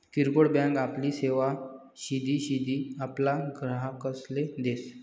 किरकोड बँक आपली सेवा सिधी सिधी आपला ग्राहकसले देस